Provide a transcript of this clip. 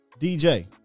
DJ